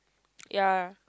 ya